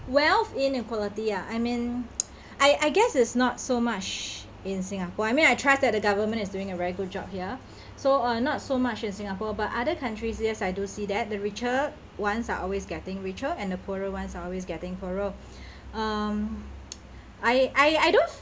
wealth inequality ah I mean I I guess it's not so much in singapore I mean I trust that the government is doing a very good job here so uh not so much in singapore but other countries yes I do see that the richer ones are always getting richer and the poorer ones are always getting poorer um I I I don't